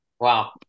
Wow